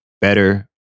better